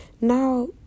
now